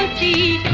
g